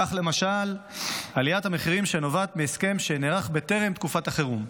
כך למשל עליית מחירים שנובעת מהסכם שנערך בטרם תקופת החירום,